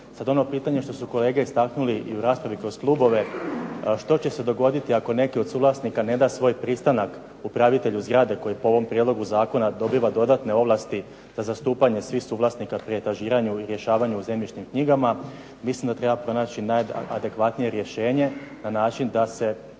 Sad ono pitanje što su kolege istaknuli i u raspravi kroz klubove, što će se dogoditi ako neki od suvlasnika ne da svoj pristanak upravitelju zgrade koji po ovom prijedlogu zakona dobiva dodatne ovlasti o zastupanju svih suvlasnika pri etažiranju i rješavanju u zemljišnim knjigama, mislim da treba pronaći najadekvatnije rješenje na način da se